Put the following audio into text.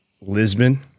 Lisbon